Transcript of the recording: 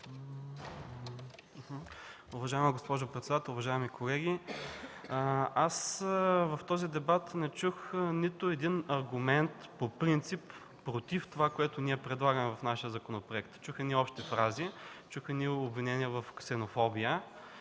Уважаема госпожо председател, уважаеми колеги! В този дебат не чух нито един аргумент по принцип против това, което ние предлагаме в нашия законопроект. Чух едни общи фрази и едни обвинения в ксенофобия